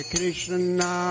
Krishna